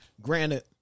Granted